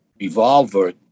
revolver